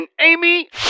Amy